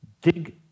dig